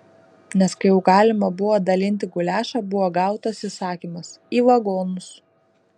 nes kai jau galima buvo dalinti guliašą buvo gautas įsakymas į vagonus